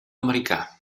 americà